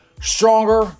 stronger